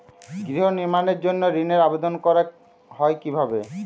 গৃহ নির্মাণের জন্য ঋণের আবেদন করা হয় কিভাবে?